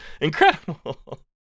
Incredible